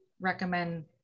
recommend